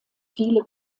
viele